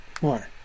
more